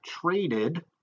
traded